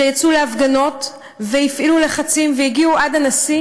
שיצאו להפגנות והפעילו לחצים והגיעו עד הנשיא,